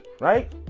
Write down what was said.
right